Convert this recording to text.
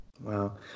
Wow